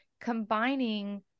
combining